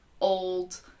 old